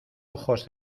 ojos